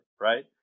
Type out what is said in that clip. right